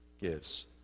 gives